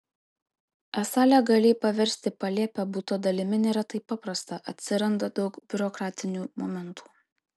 esą legaliai paversti palėpę buto dalimi nėra taip paprasta atsiranda daug biurokratinių momentų